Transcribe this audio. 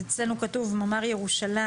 תודה, גברתי יושבת-הראש.